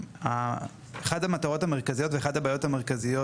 אחת המטרות המרכזיות ואחת הבעיות המרכזיות